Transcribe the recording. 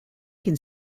can